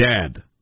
dead